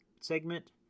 segment